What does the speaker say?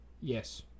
Yes